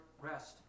rest